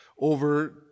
over